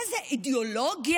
מה זה, אידיאולוגיה?